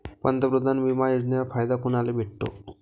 पंतप्रधान बिमा योजनेचा फायदा कुनाले भेटतो?